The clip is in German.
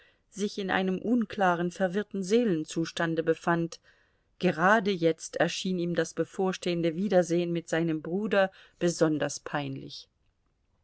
sich in einem unklaren verwirrten seelenzustande befand gerade jetzt erschien ihm das bevorstehende wiedersehen mit seinem bruder besonders peinlich